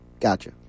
Gotcha